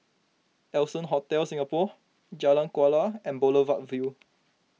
Allson Hotel Singapore Jalan Kuala and Boulevard Vue